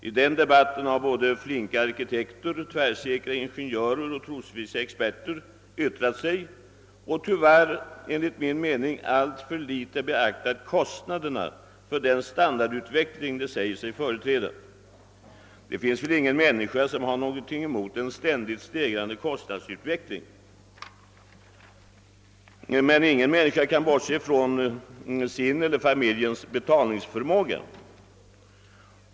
I den debatten har både »flinka arkitekter, tvärsäkra ingenjörer och trosvissa experter» yttrat sig och tyvärr alltför litet beaktat kostnaderna för den standardutveckling de säger sig företräda. Det finns väl ingen människa som kan ha någonting emot en ständigt stegrad standardutveckling. Men ingen människa kan bortse från sin eller familjens betalningsförmåga.